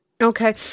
Okay